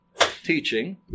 teaching